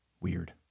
weird